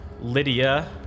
Lydia